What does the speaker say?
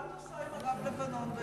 מה את עושה עם הרב לבנון,